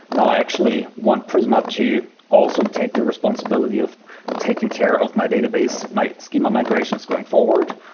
no. i actually want prisma to also take the responsibility of taking care of my database, my schema migrations going forward,